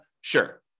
Sure